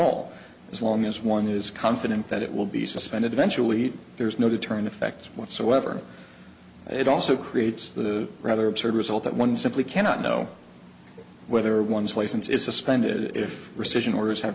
all as long as one is confident that it will be suspended eventually there is no deterrent effect whatsoever it also creates the rather absurd result that one simply cannot know whether one's license is suspended if rescission orders have